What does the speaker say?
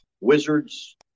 wizards